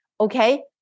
okay